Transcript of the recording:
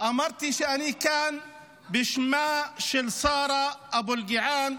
אמרתי שאני כאן בשמה של שרה אבו אלקיעאן,